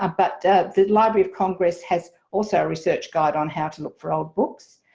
um but the library of congress has also a research guide on how to look for old books.